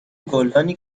گلدانی